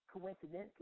coincidentally